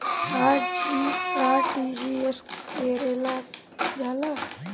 RTGS केगा करलऽ जाला?